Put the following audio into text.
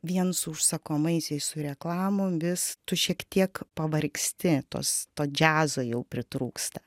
vien su užsakomaisiais su reklamom vis tu šiek tiek pavargsti tos to džiazo jau pritrūksta